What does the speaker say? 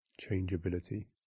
changeability